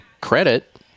credit